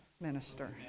minister